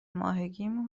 ماهگیمون